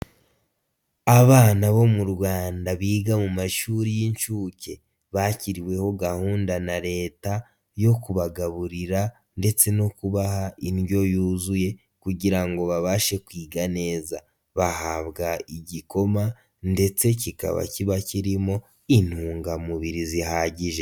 Abana bo mu Rwanda biga mu mashuri y'inshuke bakiriweho gahunda na leta yo kubagaburira ndetse no kubaha indyo yuzuye, kugira ngo babashe kwiga neza. Bahabwa igikoma ndetse kikaba kiba kirimo intungamubiri zihagije.